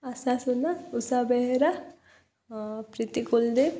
ଆଶା Suna Usha Behera Preeti Koldev